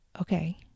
Okay